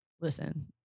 Listen